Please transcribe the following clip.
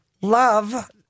Love